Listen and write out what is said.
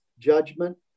judgment